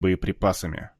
боеприпасами